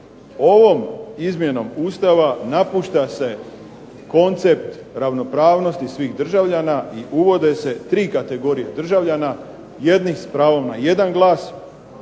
Ovom izmjenom Ustava napušta se koncept ravnopravnosti svih državljana i uvode se tri kategorije državljana. Jedni s pravom na jedan glas,